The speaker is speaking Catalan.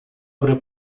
obra